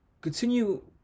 Continue